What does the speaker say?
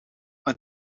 een